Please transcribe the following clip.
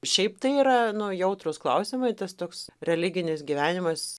šiaip tai yra nu jautrūs klausimai tas toks religinis gyvenimas